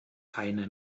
eine